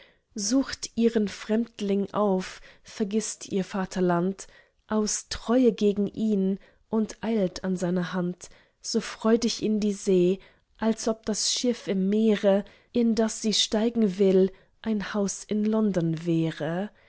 sucht ihren fremdling auf vergißt ihr vaterland aus treue gegen ihn und eilt an seiner hand so freudig in die see als ob das schiff im meere in das sie steigen will ein haus in london wäre